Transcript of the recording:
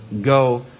go